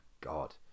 God